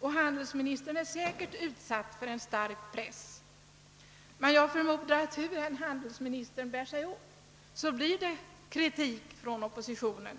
och handelsministern är säkerligen utsatt för en stark press. Jag förmodar att hur handelsministern än ställer sig blir det kritik från oppositionen.